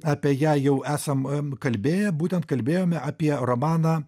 apie ją jau esam kalbėję būtent kalbėjome apie romaną